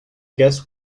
guess